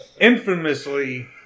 infamously